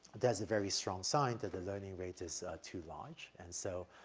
there's a very strong sign that the learning rate is, ah, too large, and so,